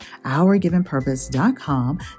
OurGivenPurpose.com